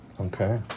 Okay